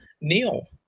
Neil